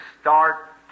start